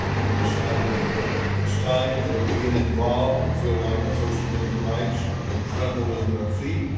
we decided it's time that we get involved. we feel like our first amendment rights have been trampled under our feet.